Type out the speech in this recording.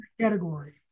category